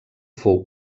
fou